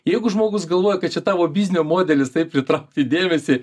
jeigu žmogus galvoja kad čia tavo biznio modelis taip pritraukti dėmesį